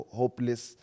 hopeless